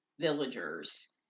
villagers